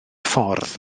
ffordd